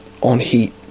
on-heat